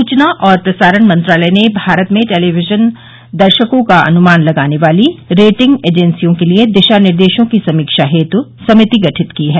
सूचना और प्रसारण मंत्रालय ने भारत में टेलीविजन दर्शकों का अनुमान लगाने वाली रेटिंग एजेंसियों के लिए दिशा निर्देशों की समीक्षा के लिए समिति गठित की है